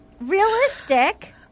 realistic